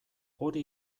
hori